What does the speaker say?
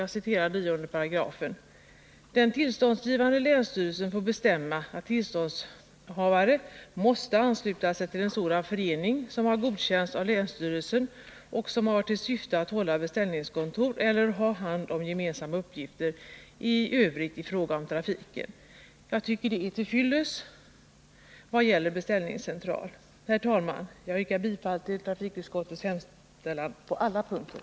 Jag citerar 4 kap. 9 §: ”Den tillståndsgivande länsstyrelsen får bestämma att tillståndshavare måste ansluta sig till en sådan förening som har godkänts av länsstyrelsen och som har till syfte att hålla beställningskontor eller ha hand om gemensamma uppgifter i övrigt i fråga om trafiken.” Jag tycker att det är till fyllest vad gäller beställningscentral. Herr talman! Jag yrkar bifall till trafikutskottets hemställan på alla punkter.